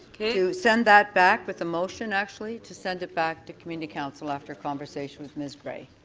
to send that back with a motion actually to send it back to community council after conversation with ms. grey.